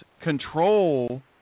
control